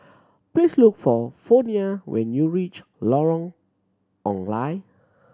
please look for Fronia when you reach Lorong Ong Lye